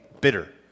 bitter